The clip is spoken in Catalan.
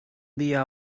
dia